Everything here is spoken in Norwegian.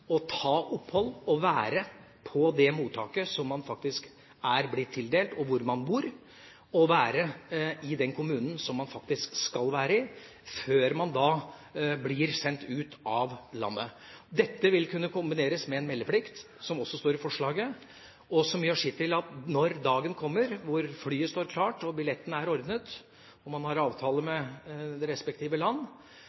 å ta opphold og være på det mottaket som de faktisk er blitt tildelt, og hvor de bor, og være i den kommunen som de faktisk skal være i, før de blir sendt ut av landet. Dette vil kunne kombineres med en meldeplikt, som også står i forslaget, og som gjør sitt til at når dagen kommer, flyet står klart, og billetten er ordnet – og man har avtale